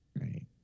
right